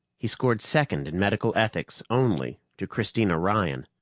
he scored second in medical ethics only to christina ryan.